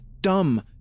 dumb